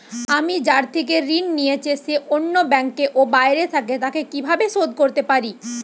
আমি যার থেকে ঋণ নিয়েছে সে অন্য ব্যাংকে ও বাইরে থাকে, তাকে কীভাবে শোধ করতে পারি?